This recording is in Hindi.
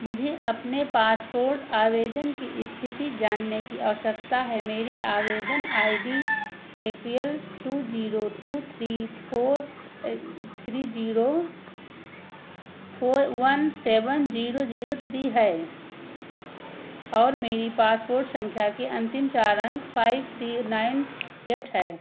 मुझे अपने पासपोर्ट आवेदन की इस्थिति जानने की आवश्यकता है मेरी आवेदन I D A P L two zero two three four three zero four one seven zero zero three है और मेरी पासपोर्ट सँख्या के अन्तिम चार अंक फ़ाइव थ्री नाइन एट है